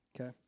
Okay